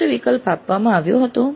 શું તે વિકલ્પ આપવામાં આવ્યો હતો